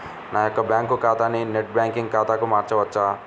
నా యొక్క బ్యాంకు ఖాతాని నెట్ బ్యాంకింగ్ ఖాతాగా మార్చవచ్చా?